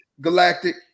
Galactic